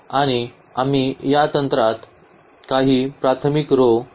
आणि आम्ही या तंत्रात काही प्राथमिक रो कार्याबद्दलही बोलत आहोत